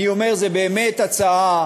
אני אומר, זאת באמת הצעה